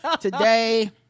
today